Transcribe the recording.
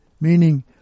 meaning